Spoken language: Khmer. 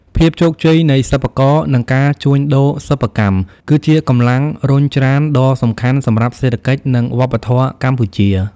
ភាពជោគជ័យនៃសិប្បករ និងការជួញដូរសិប្បកម្ម គឺជាកម្លាំងរុញច្រានដ៏សំខាន់សម្រាប់សេដ្ឋកិច្ច និងវប្បធម៌កម្ពុជា។